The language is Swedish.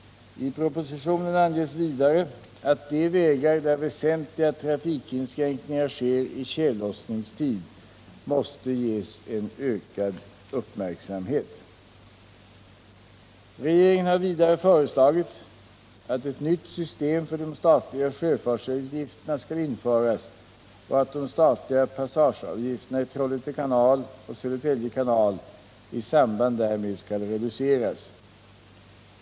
I propositionen anges vidare att de vägar där väsentliga trafikinskränkningar sker i tjällossningstid måste ges en ökad uppmärksamhet. Regeringen har vidare föreslagit att ett nytt system för de statliga sjöfartsavgifterna skall införas och att de statliga passageavgifterna i Trollhätte kanal och Södertälje kanal i samband därmed skall reduceras.